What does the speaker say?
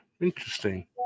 Interesting